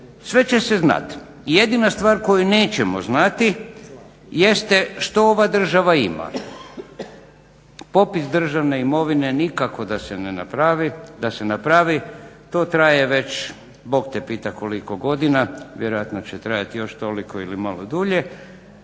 Sve će se znat. Jedina stvar koju nećemo znati jeste što ova država ima? Popis državne imovine nikako da se napravi. To traje već bog te pitaj koliko godina. Vjerojatno će trajati još toliko ili malo dulje.